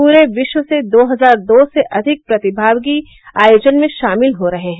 पूरे विश्व से दो हजार दो सौ से अधिक प्रतिभागी आयोजन में शामिल हो रहे हैं